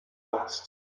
last